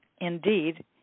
Indeed